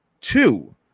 two